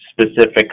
specific